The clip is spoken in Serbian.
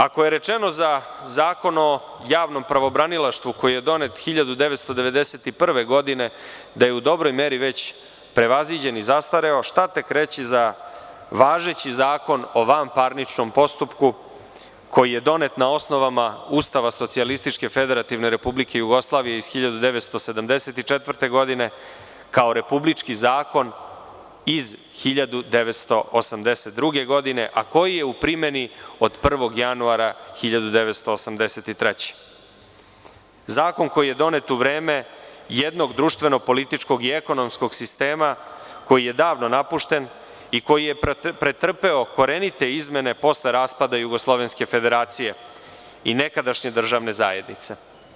Ako je rečeno za Zakon o javnom pravobranilaštvu koji je donet 1991. godine da je u dobroj meri već prevaziđen i zastareo, šta tek reći za važeći Zakon o vanparničnom postupku koji je donet na osnovama Ustava SFRJ iz 1974. godinekao republički zakon iz 1982. godine, a koji je u primeni od 1. januara 1983. godine, Zakon koji je donet u vreme jednog društveno-političkog i ekonomskog sistema koji je davno napušten i koji je pretrpeo korenite izmene posle raspada jugoslovenske federacije i nekadašnje državne zajednice.